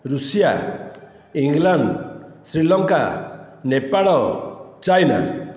Russia England Sri Lanka Nepal China